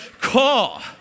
call